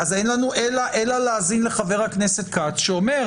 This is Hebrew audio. אין לנו אלא להאזין לחה"כ כץ שאומר,